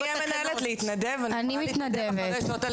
מי מתנדב להיות המנהל?